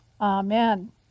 amen